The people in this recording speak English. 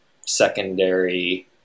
secondary